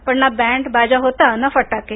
पण ना बँडबाजा होता ना फटाके